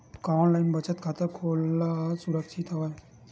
का ऑनलाइन बचत खाता खोला सुरक्षित हवय?